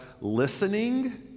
listening